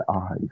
eyes